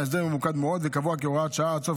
ההסדר ממוקד מאוד וקבוע כהוראת שעה עד סוף